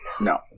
No